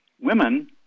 women